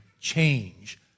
change